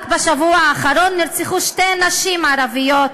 רק בשבוע האחרון נרצחו שתי נשים ערביות,